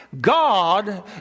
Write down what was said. God